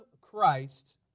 Christ